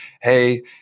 hey